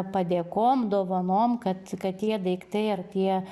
padėkom dovanom kad kad tie daiktai ar tie